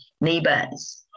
neighbors